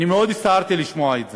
אני מאוד הצטערתי לשמוע את זה,